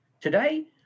Today